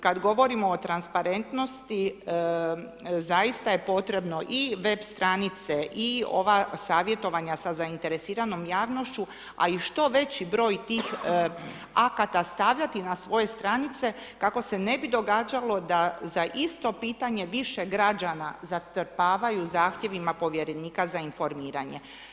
Kada govorimo o transparentnosti, zaista je potrebno i web stranice i ova savjetovanja sa zainteresiranom javnošću a i što veći broj tih akata stavljati na svoje stranice, kako se ne bi događalo, da za isto pitanje, više građana zatrpavaju zahtjevima, povjerenika za informiranje.